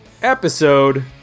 Episode